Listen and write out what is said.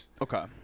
Okay